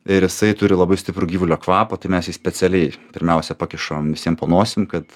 ir jisai turi labai stiprų gyvulio kvapą tai mes jį specialiai pirmiausia pakišam visiem po nosim kad